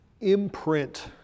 imprint